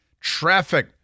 traffic